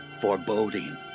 foreboding